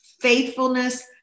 faithfulness